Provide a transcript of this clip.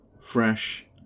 fresh